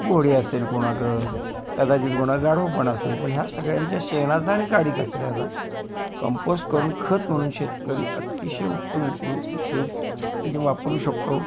घोडी असेल कोणाकडं कदाचित कोणा गाढव पण असेल पण ह्या सगळ्यांच्या शेणाचा आणि काडी कचऱ्याचा कंपोस्ट करून खत म्हणून शेतकरी अतिशय उत्तम उपयो उपयोग म्हणजे वापरू शकतो